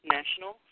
National